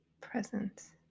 presence